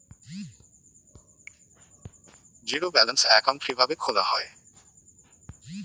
Zero balance account কিভাবে খোলা হয়?